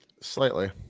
Slightly